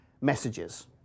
messages